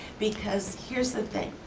because here's the thing.